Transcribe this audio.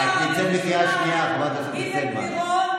איזה אליטה, על מה את מדברת?